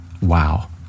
Wow